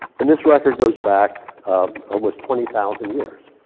and this record goes back almost twenty thousand years.